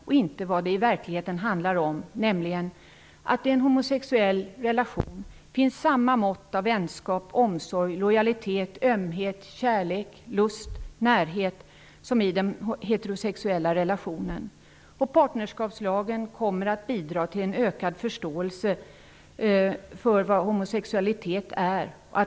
Man tror inte att det i en homosexuell relation finns samma mått av vänskap, omsorg, lojalitet, ömhet, kärlek, lust och närhet som i den heterosexuella relationen. Partnerskapslagen kommer att bidra till en ökad förståelse för vad homosexualitet är.